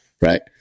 right